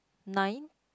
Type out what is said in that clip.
nine